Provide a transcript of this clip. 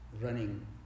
running